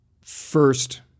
first